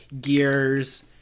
gears